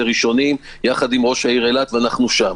ראשונים יחד עם ראש העיר אילת ואנחנו שם.